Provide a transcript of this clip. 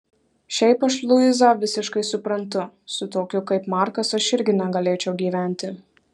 šiaip aš luizą visiškai suprantu su tokiu kaip markas aš irgi negalėčiau gyventi